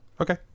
Okay